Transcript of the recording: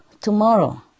tomorrow